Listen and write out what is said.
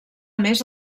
més